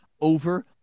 over